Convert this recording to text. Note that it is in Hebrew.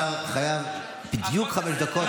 השר חייב בדיוק חמש דקות,